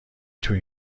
توی